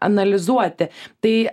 analizuoti tai